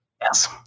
Yes